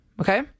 okay